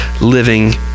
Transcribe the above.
living